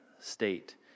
state